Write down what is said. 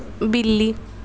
ਬਿੱਲੀ